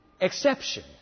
exception